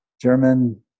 German